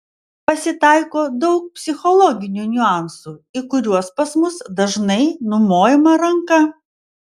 pasitaiko daug psichologinių niuansų į kuriuos pas mus dažnai numojama ranka